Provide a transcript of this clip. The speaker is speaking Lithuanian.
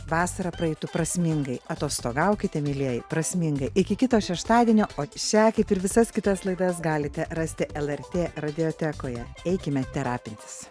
vasara praeitų prasmingai atostogaukite mielieji prasmingai iki kito šeštadienio o šią kaip ir visas kitas laidas galite rasti lrt radiotekoje eikime terapinis